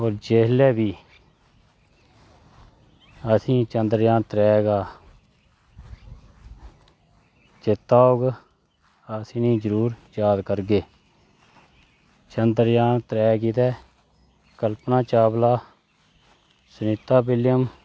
होर जिसलै बी असें ई एह् चंद्रयान त्रैऽ दा चेता औग अस इनेंगी जरूर याद करगे चंद्रयान त्रैऽ गितै कल्पना चावला सुनिता विलियम